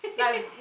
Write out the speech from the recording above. like